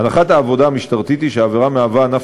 הנחת העבודה המשטרתית היא שהעבירה מהווה ענף